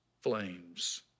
flames